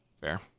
fair